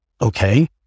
okay